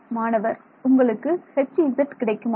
மாணவர் உங்களுக்கு Hz கிடைக்குமா